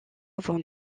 avant